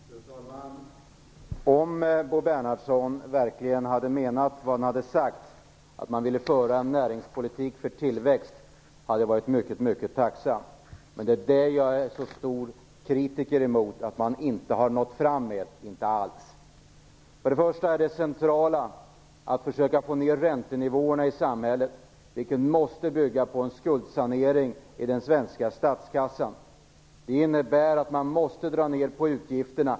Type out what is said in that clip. Fru talman! Om Bo Bernhardsson verkligen hade menat vad han har sagt, att man vill föra en näringspolitik för tillväxt, hade jag varit mycket, mycket tacksam. Det är det jag så starkt kritiserar, att man inte alls har nått fram med det här. För det första är det centrala att man försöker få ned räntenivåerna i samhället, vilket måste bygga på en skuldsanering i den svenska statskassan. Det innebär att man måste dra ned på utgifterna.